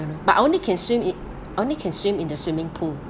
but I only can swim in only can swim in the swimming pool